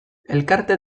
elkarte